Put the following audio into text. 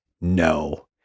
no